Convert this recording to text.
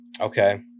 Okay